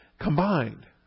combined